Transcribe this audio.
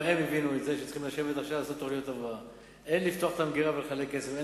גם הם הבינו את זה שצריכים לשבת עכשיו ולעשות תוכניות הבראה.